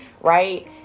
right